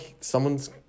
someone's